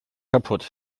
kaputt